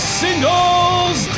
singles